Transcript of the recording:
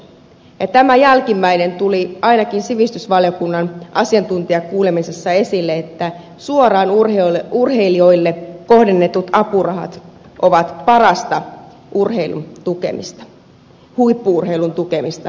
ja tämä jälkimmäinen tuli ainakin sivistysvaliokunnan asiantuntijakuulemisessa esille että suoraan urheilijoille kohdennetut apurahat ovat parasta huippu urheilun tukemista